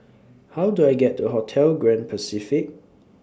How Do I get to Hotel Grand Pacific